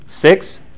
Six